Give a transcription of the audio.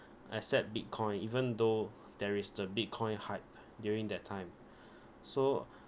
accept bitcoin even though there is the bitcoin hype during that time so